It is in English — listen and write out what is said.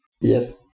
Yes